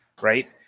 Right